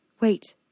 Wait